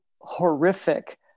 horrific